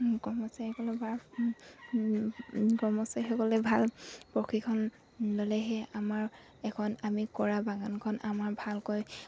কৰ্মচাৰীসকলে বা কৰ্মচাৰীসকলে ভাল প্ৰশিক্ষণ ল'লেহে আমাৰ এখন আমি কৰা বাগানখন আমাৰ ভালকৈ